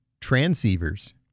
Transceivers